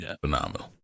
phenomenal